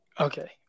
okay